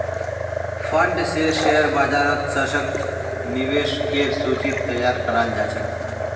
fund स share बाजारत सशक्त निवेशकेर सूची तैयार कराल जा छेक